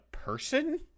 Person